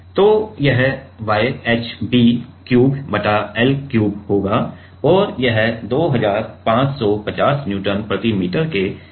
Nm ms2 m 50 × 10 9 kg Nm µm तो यह Y h b cube बटा l cube होगा और यह 2550 न्यूटन प्रति मीटर के बराबर होगा